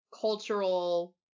cultural